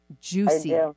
Juicy